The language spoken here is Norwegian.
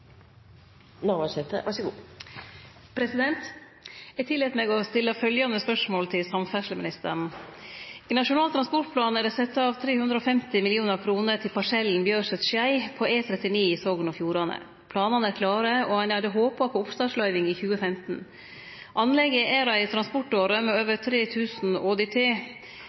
det sett av 350 mill. kr til parsellen Bjørset–Skei på E39 i Sogn og Fjordane. Planane er klare, og ein hadde håpa på oppstartsløyving i 2015. Anlegget er ei transportåre med over 3 000 ÅDT. Det